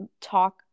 talk